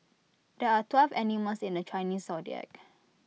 there are twelve animals in the Chinese Zodiac